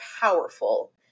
powerful